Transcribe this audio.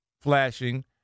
flashing